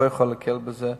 לא יכול להקל בזה.